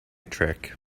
trick